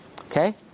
Okay